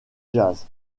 jazz